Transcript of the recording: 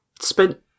spent